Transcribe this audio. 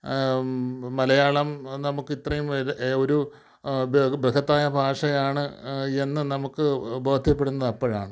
മലയാളം നമുക്ക് ഇത്രയും ഒരു ബഹുത്തായ ഭാഷയാണെന്ന് നമുക്ക് ബോധ്യപ്പെടുന്നത് അപ്പോഴാണ്